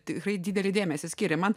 tikrai didelį dėmesį skiria man